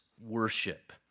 Worship